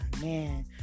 man